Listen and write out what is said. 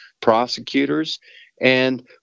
prosecutors—and